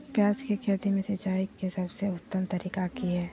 प्याज के खेती में सिंचाई के सबसे उत्तम तरीका की है?